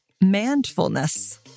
manfulness